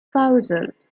thousand